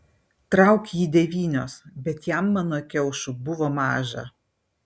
trauk jį devynios bet jam mano kiaušų buvo maža